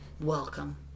Welcome